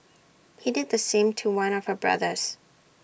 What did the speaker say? he did the same to one of her brothers